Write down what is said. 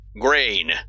Grain